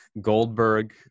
Goldberg